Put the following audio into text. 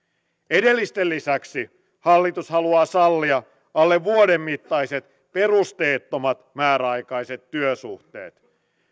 edellisten lisäksi hallitus haluaa sallia alle vuoden mittaiset perusteettomat määräaikaiset työsuhteet